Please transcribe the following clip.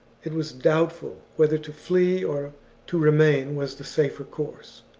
it was doubtful whether to flee or to remain was the safer course.